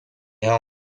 ha